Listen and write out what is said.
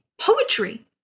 Poetry